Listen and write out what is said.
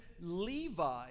Levi